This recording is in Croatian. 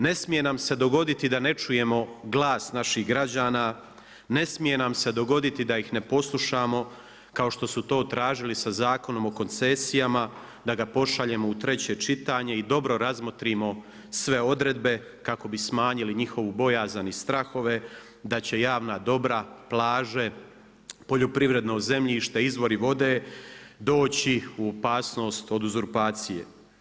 Ne smije nam se dogoditi da ne čujemo glas naših građana, ne smije nam se dogoditi da ih ne poslušamo kao što su to tražili sa Zakonom o koncesijama da ga pošaljemo u treće čitanje i dobro razmotrimo sve odredbe kako bi smanjili njihovu bojazan i strahove, da će javna dobra, plaže, poljoprivredno zemljište, izvori vode doći u opasnost od uzurpacije.